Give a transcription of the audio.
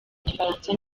igifaransa